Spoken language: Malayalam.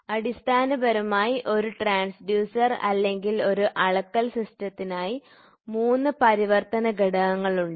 അതിനാൽ അടിസ്ഥാനപരമായി ഒരു ട്രാൻഡ്യൂസർ അല്ലെങ്കിൽ ഒരു അളക്കൽ സിസ്റ്റത്തിനായി മൂന്ന് പ്രവർത്തന ഘടകങ്ങളുണ്ട്